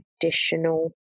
traditional